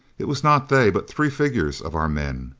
it was not they, but three figures of our men.